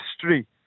history